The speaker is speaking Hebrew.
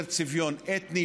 יותר צביון אתני,